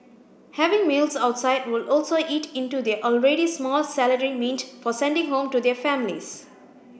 having meals outside will also eat into their already small salary meant for sending home to their families